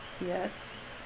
Yes